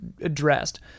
addressed